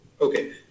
Okay